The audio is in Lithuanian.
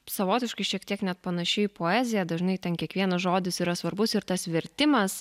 savotiškai šiek tiek net panaši į poeziją dažnai ten kiekvienas žodis yra svarbus ir tas vertimas